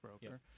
broker